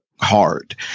hard